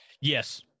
Yes